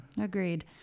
Agreed